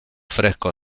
fresco